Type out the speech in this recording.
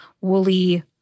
woolly